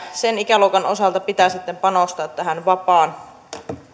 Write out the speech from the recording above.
sen ikäluokan osalta pitää sitten panostaa tähän vapaan